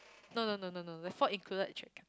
no no no no the four included